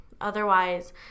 otherwise